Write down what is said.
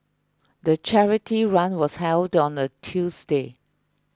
the charity run was held on a Tuesday